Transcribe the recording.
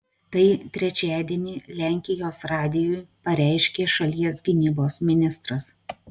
tai trečiadienį lenkijos radijui pareiškė šalies gynybos ministras